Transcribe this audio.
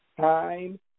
time